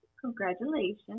congratulations